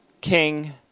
king